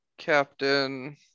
Captain